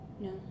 no